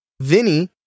Vinny